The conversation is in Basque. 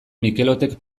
mikelotek